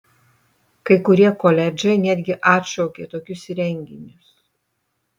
kai kurie koledžai netgi atšaukė tokius renginius